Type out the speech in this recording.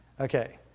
Okay